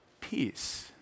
Peace